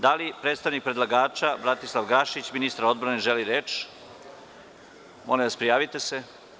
Da li predstavnik predlagača Bratislav Gašić, ministar odbrane želi reč? (Da.) Molim vas prijavite se.